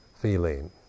feeling